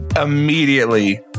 immediately